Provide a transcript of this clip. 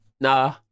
Nah